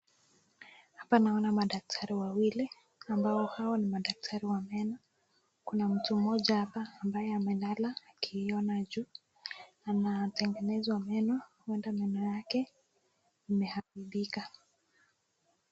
Hapa naona madaktari wawili ambao hao ni daktari wa meno. Kuna mtu mmoja hapa ambaye amelala akiona juu. Anatengenezwa meno huenda meno yake imeharibika.